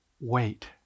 wait